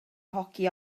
hoci